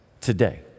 today